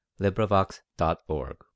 LibriVox.org